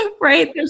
Right